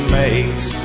makes